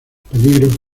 peligros